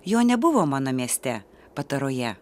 jo nebuvo mano mieste pataroje